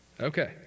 Okay